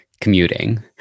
commuting